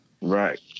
right